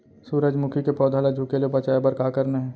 सूरजमुखी के पौधा ला झुके ले बचाए बर का करना हे?